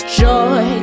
joy